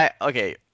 Okay